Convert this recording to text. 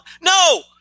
no